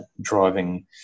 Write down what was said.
driving